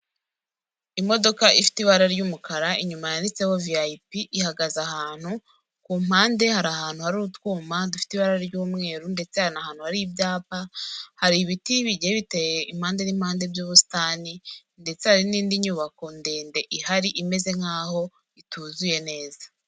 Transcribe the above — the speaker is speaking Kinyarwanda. Imodoka ifite ibara ry'umukara inyuma yanditseho viyayipi, ihagaze ahantu ku mpande hari ahantu hari utwuma dufite ibara ry'umweru ndetse hari n'ahantu hari ibyapa, hari ibiti bigiye biteye impande n'impande by'ubusitani ndetse hari n'indi nyubako ndende ihari imeze nkaho ituzuye neza.